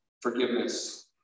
forgiveness